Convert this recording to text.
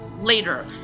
later